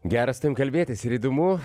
geras su tavim kalbėtis ir įdomu